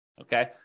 okay